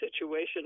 situation